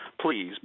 please